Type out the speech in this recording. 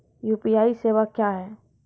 UPI सेवा क्या हैं?